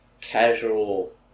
casual